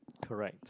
correct